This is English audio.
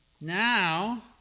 Now